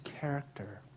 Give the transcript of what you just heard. character